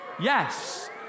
Yes